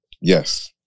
Yes